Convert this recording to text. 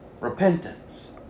Repentance